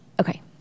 okay